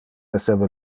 esseva